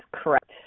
correct